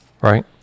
right